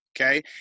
Okay